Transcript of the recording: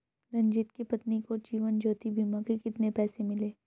रंजित की पत्नी को जीवन ज्योति बीमा के कितने पैसे मिले?